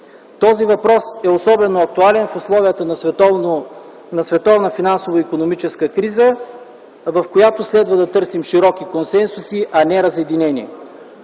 Този въпрос е особено актуален в условията на световна финансова и икономическа криза, в която следва да търсим широк консенсус, а не разединение.